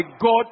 God